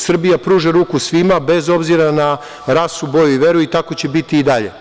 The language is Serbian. Srbija pruža ruku svima, bez obzira na rasu, boju i veru i tako će biti i dalje.